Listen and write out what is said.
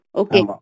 okay